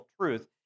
truth